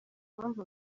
mpamvu